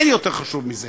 אין יותר חשוב מזה.